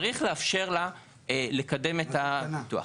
צריך לאפשר לה לקדם את הפיתוח.